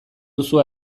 duzu